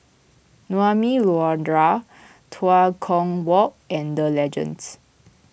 Naumi Liora Tua Kong Walk and Legends